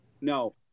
no